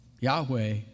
Yahweh